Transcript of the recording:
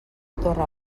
torre